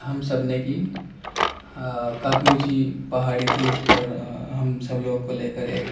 ہم سب نے کی کافی اونچی پہاڑی تھی اس پر ہم سب لوگ کو لے کر ایک